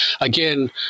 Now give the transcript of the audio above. Again